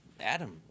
Adam